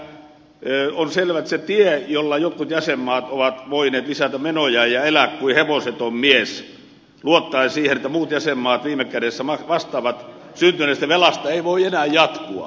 kyllähän on selvä että se tie jolla jotkut jäsenmaat ovat voineet lisätä menojaan ja elää kuin hevoseton mies luottaen siihen että muut jäsenmaat viime kädessä vastaavat syntyneestä velasta ei voi enää jatkua